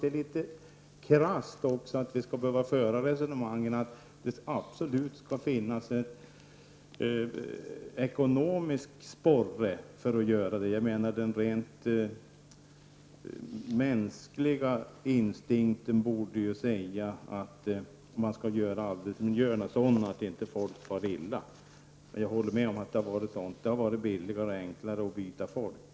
Det är litet krasst att vi skall behöva föra resonemang om att det absolut skall finnas en ekonomisk sporre för att åtgärder skall vidtas på det här området. Den rent mänskliga instinkten borde ju säga att arbetsmiljöerna skall vara utformade så att inte människor far illa. Jag håller med om att det har varit billigare och enklare att byta ut folk.